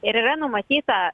ir yra numatyta